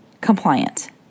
compliant